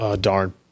darn –